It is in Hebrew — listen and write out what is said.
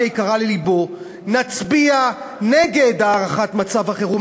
יקרה ללבו נצביע נגד הארכת מצב החירום.